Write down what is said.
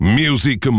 music